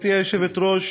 גברתי היושבת-ראש,